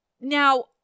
Now